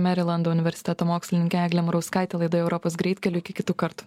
merilando universiteto mokslininkė eglė murauskaitė laidoj europos greitkeliu iki kitų kartų